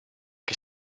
che